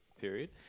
period